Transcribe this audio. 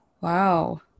Wow